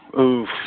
oof